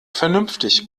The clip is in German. vernünftig